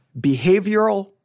behavioral